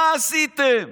מה עשיתם?